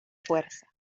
fuerza